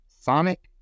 sonic